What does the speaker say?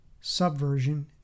Subversion